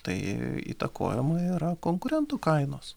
tai įtakojama yra konkurentų kainos